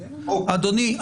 אדוני,